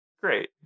Great